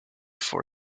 for